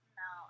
no